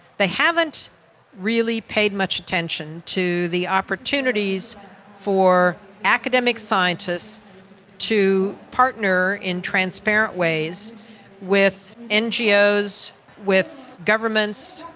they haven't really paid much attention to the opportunities for academic scientists to partner in transparent ways with ngos, with governments,